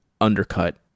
undercut